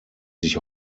sich